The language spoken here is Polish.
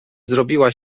zrobiła